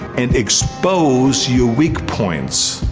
and expose your weak points.